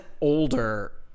older